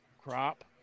crop